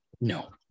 No